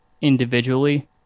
individually